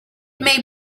may